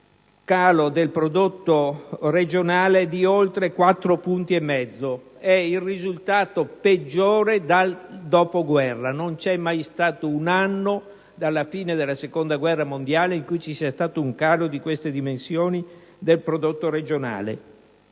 calo del prodotto regionale di oltre quattro punti e mezzo. È il risultato peggiore dal dopoguerra: non c'è mai stato un anno, dalla fine della seconda guerra mondiale, in cui ci sia stato un calo di queste dimensioni del prodotto regionale.